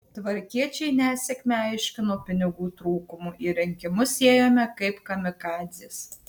tvarkiečiai nesėkmę aiškino pinigų trūkumu į rinkimus ėjome kaip kamikadzės